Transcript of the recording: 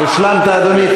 השלמת, אדוני.